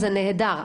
זה נהדר.